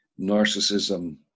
narcissism